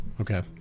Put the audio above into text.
Okay